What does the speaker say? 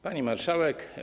Pani Marszałek!